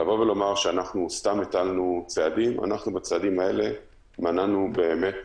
לומר שאנחנו סתם הטלנו צעדים בצעדים האלה מנענו באמת אסון,